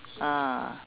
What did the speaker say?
ah